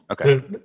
okay